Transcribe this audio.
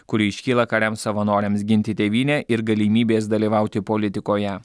kuri iškyla kariams savanoriams ginti tėvynę ir galimybės dalyvauti politikoje